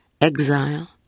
exile